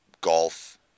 golf